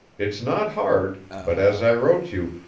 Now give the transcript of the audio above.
it's not hard, but, as i wrote you,